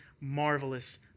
marvelous